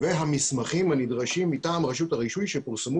והמסמכים הנדרשים מטעם רשות הרישוי שפורסמו